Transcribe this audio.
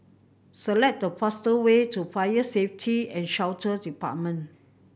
select the fastest way to Fire Safety And Shelter Department